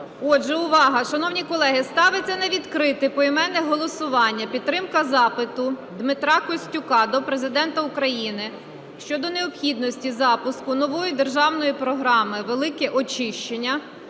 Отже, увага! Шановні колеги, ставиться на відкрите поіменне голосування підтримка запиту Дмитра Костюка до Президента України щодо необхідності запуску нової державної програми "Велике очищення",